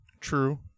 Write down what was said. True